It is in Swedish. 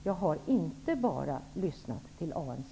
Jag har inte bara lyssnat till ANC.